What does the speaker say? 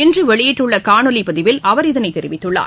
இன்றுவெளியிட்டுள்ளகாணொலிப் பதிவில் அவர் இதனைதெரிவித்துள்ளார்